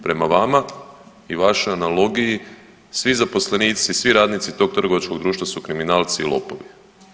Prema vama i vašoj analogiji, svi zaposlenici, svi radnici tog trgovačkog društva su kriminalci i lopovi.